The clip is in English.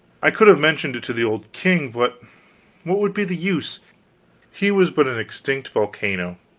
i could have mentioned it to the old king, but what would be the use he was but an extinct volcano